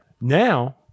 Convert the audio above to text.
Now